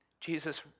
Jesus